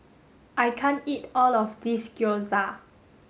I can't eat all of this Gyoza